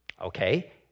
okay